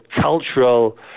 cultural